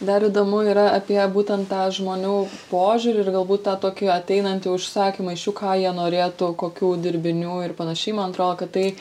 dar įdomu yra apie būtent tą žmonių požiūrį ir galbūt tą tokį ateinantį užsakymą iš jų ką jie norėtų kokių dirbinių ir panašiai man atrodo kad tai